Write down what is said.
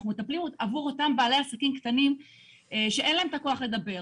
אנחנו מטפלים עבור אותם בעלי עסקים קטנים שאין להם את הכוח לדבר.